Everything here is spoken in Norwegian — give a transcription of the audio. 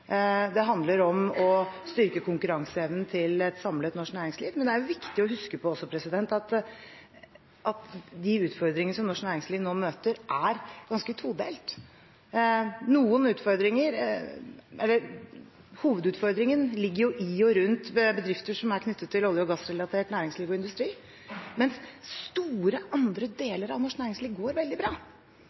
Det handler om å styrke konkurranseevnen til et samlet norsk næringsliv. Men det er også viktig å huske på at de utfordringene som norsk næringsliv nå møter, er ganske todelt. Hovedutfordringen ligger i og rundt bedrifter som er knyttet til olje- og gassrelatert næringsliv og industri, mens store, andre deler av norsk næringsliv går veldig bra.